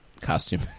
costume